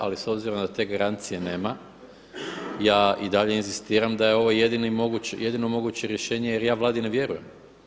Ali s obzirom da te garancije nema ja i dalje inzistiram da je ovo jedino moguće rješenje jer ja Vladi ne vjerujem.